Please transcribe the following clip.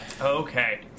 Okay